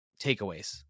takeaways